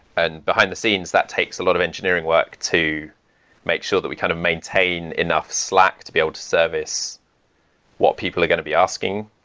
and behind the scenes, that takes a lot of engineering work to make sure that we kind of maintain enough slack to be able to service what people are going to be asking,